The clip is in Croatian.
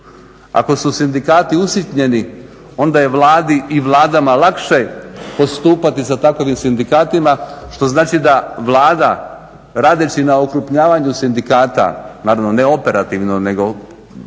Ako su sindikati usitnjeni onda je i vladama lakše postupati sa takvim sindikatima što znači da Vlada radeći na okrupnjavanju sindikata, naravno ne operativno nego